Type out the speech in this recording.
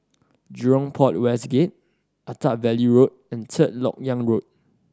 Jurong Port West Gate Attap Valley Road and Third Lok Yang Road